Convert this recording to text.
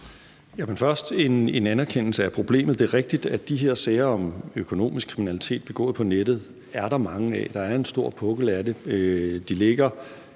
Først en anerkendelse af problemet: Det er rigtigt, at de her sager om økonomisk kriminalitet begået på nettet er der mange af. Der er en stor pukkel af det. De ligger